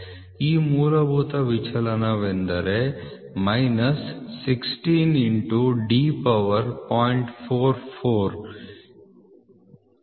ಈ ಮೂಲಭೂತ ವಿಚಲನವೆಂದರೆ ಮೈನಸ್ 16 D ಪವರ್ 0